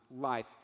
life